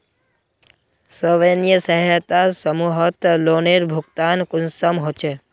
स्वयं सहायता समूहत लोनेर भुगतान कुंसम होचे?